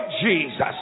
Jesus